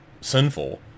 sinful